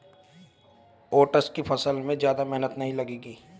oats की फसल में ज्यादा मेहनत नहीं लगेगी